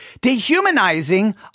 Dehumanizing